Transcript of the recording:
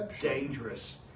dangerous